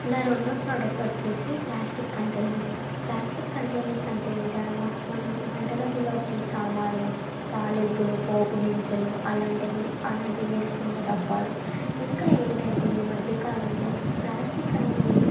నా రెండో ప్రోడక్ట్ వచ్చేసి ప్లాస్టిక్ కంటైనర్స్ ప్లాస్టిక్ కంటైనర్స్ అంటే ఏంటి అనగా మనం వంట గదిలోకి సామానులు తాలింపులు పోపు గింజలు అలాంటివి అలాంటివి వేసుకునే డబ్బాలు ఇంకా ఏంటంటే ఈ మధ్యకాలంలో ప్లాస్టిక్ అనేది